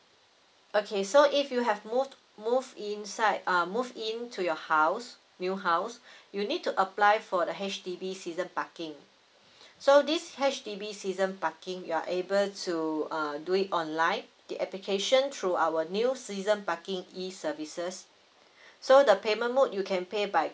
okay so if you have move move inside err move in to your house new house you need to apply for the H_D_B season parking so this H_D_B season parking you are able to err do it online the application through our new season parking E services so the payment mode you can pay by